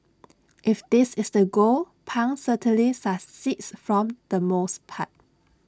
if this is the goal pang certainly succeeds from the most part